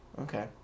Okay